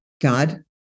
God